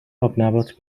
آبنبات